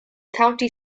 county